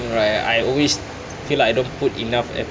where I always feel like I don't put enough